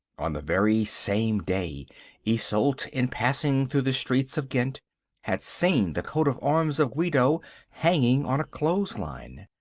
on the very same day isolde in passing through the streets of ghent had seen the coat of arms of guido hanging on a clothes line.